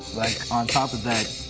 like on top of that.